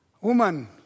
Woman